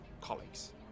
colleagues